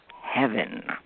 heaven